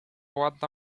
ładna